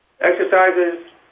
exercises